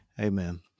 Amen